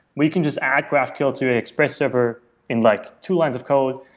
where you can just add graphql to a express server in like two lines of code,